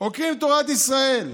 עוקרים את תורת ישראל.